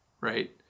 right